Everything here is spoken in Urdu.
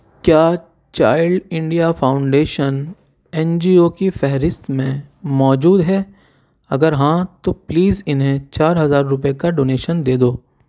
کیا child India foundation N G O کی فہرست میں موجود ہے اگر ہاں تو پلیز انہیں چار ہزار روپئے کا ڈونیشن دے دو